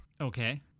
Okay